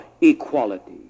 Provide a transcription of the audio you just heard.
equality